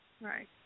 Right